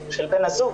של בן הזוג,